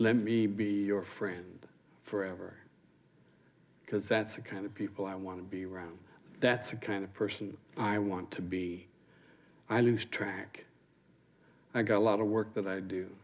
let me be your friend forever because that's the kind of people i want to be around that's the kind of person i want to be i loose track i got a lot of work that i do